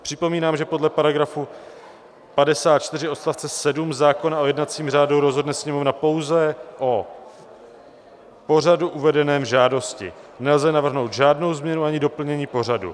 Připomínám, že podle § 54 odst. 7 zákona o jednacím řádu rozhodne Sněmovna pouze o pořadu uvedeném v žádosti, nelze navrhnout žádnou změnu ani doplnění pořadu.